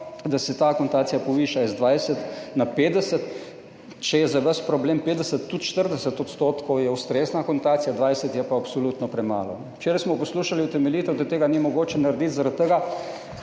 da se ta akontacija poviša iz 20 na 50, če je za vas problem, 50, tudi 40 % je ustrezna akontacija, 20 je pa absolutno premalo. Včeraj smo poslušali utemeljitev, da tega ni mogoče narediti zaradi tega,